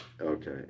Okay